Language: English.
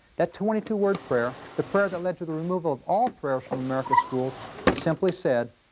that twenty two word prayer, the prayer that led to the removal of all prayers from america's schools simply said,